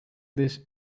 this